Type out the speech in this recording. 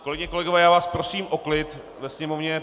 Kolegyně, kolegové, já vás prosím o klid ve sněmovně.